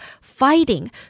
fighting